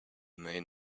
may